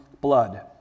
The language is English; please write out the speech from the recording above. blood